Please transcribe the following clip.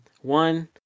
one